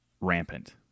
rampant